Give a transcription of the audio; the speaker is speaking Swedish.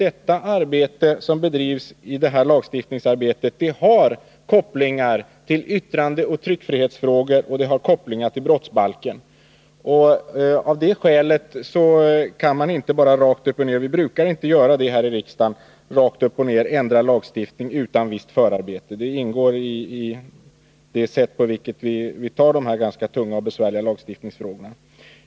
Ett sådant lagstiftningsarbete har kopplingar till yttrandeoch tryckfrihetsfrågor och det har kopplingar till brottsbalken. Vi brukar här i riksdagen inte bara ändra lagstiftning utan visst förarbete — det ingår i det sätt på vilket vi handskas med de här ganska tunga och besvärliga lagstiftningsfrågorna.